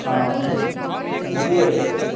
हँ से हेतै